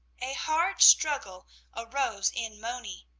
a hard struggle arose in moni.